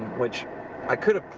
which i could've,